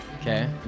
okay